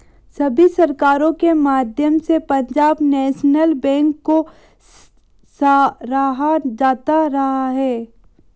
सभी सरकारों के माध्यम से पंजाब नैशनल बैंक को सराहा जाता रहा है